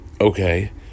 okay